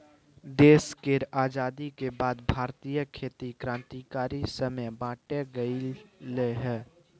देश केर आजादी के बाद भारतीय खेती क्रांतिकारी समय बाटे गेलइ हँ